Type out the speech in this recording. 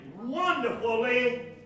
wonderfully